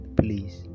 please